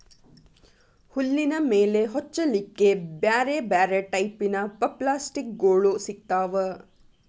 ಹುಲ್ಲಿನ ಮೇಲೆ ಹೊಚ್ಚಲಿಕ್ಕೆ ಬ್ಯಾರ್ ಬ್ಯಾರೆ ಟೈಪಿನ ಪಪ್ಲಾಸ್ಟಿಕ್ ಗೋಳು ಸಿಗ್ತಾವ